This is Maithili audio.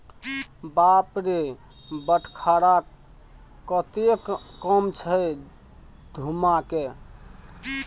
बाप रे बटखरा कतेक कम छै धुम्माके